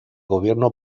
gobierno